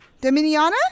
dominiana